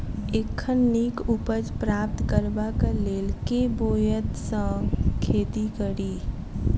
एखन नीक उपज प्राप्त करबाक लेल केँ ब्योंत सऽ खेती कड़ी?